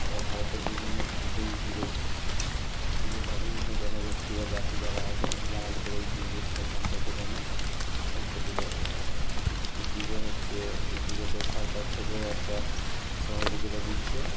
আমরা ভারতের বিভিন্ন প্রান্তে এই পুজোর পুজোর বা বিভিন্ন জনগোষ্ঠী বা জাতি যারা আছে বাঙালিদের এই দুর্গা উৎসব সম্পর্কে জানে সম্প্রতি ব এই পুজো হচ্ছে এই পুজোতে সরকার থেকেও একটা সহযোগিতা দিচ্ছে